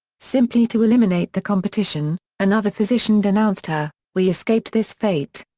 simply to eliminate the competition, another physician denounced her. we escaped this fate.